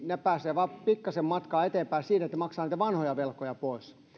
ne pääsevät vain pikkasen matkaa eteenpäin siitä että ne maksavat niitä vanhoja velkoja pois